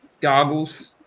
goggles